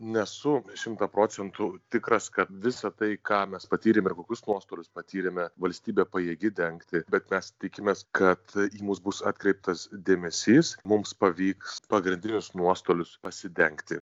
nesu šimtą procentų tikras kad visa tai ką mes patyrėme ir kokius nuostolius patyrėme valstybė pajėgi dengti bet mes tikimės kad į mus bus atkreiptas dėmesys mums pavyks pagrindinius nuostolius pasidengti